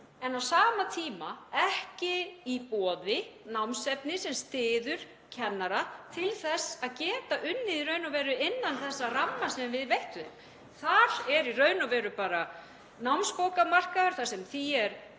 er á sama tíma ekki í boði námsefni sem styður kennara til þess að geta unnið í raun og veru innan þessa ramma sem við veittum þeim. Þar er í raun og veru bara námsbókamarkaður þar sem því er